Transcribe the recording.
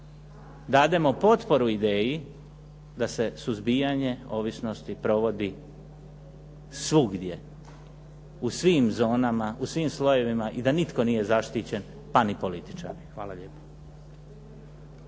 dademo potporu ideji da se suzbijanje ovisnosti provodi svugdje, u svim zonama, u svim slojevima i da nitko nije zaštićen, pa ni političari. Hvala lijepo.